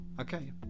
okay